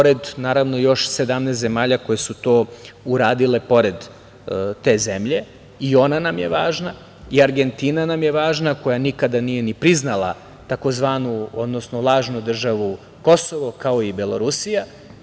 Naravno, pored još 17 zemalja koje su to uradile pored te zemlje, i ona nam je važna, i Argentina nam je važna, koja nikada nije ni priznala lažnu državu Kosovo, kao i Belorusija.